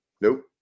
Nope